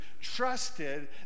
trusted